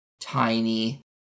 tiny